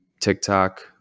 TikTok